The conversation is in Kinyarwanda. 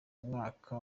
mwaka